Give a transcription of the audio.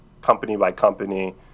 company-by-company